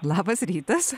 labas rytas